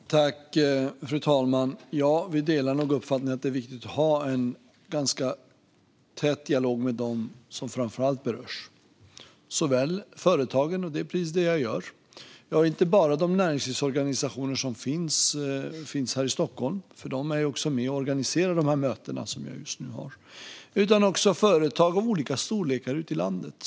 Fru talman! Jag och David Josefsson delar nog uppfattningen att det är viktigt att ha en ganska tät dialog med dem som framför allt berörs. Det gäller bland annat företagen, och det är precis det jag har. Jag träffar inte bara näringslivsorganisationerna här i Stockholm - de är med och organiserar de möten som jag just nu har - utan också företag av olika storlekar ute i landet.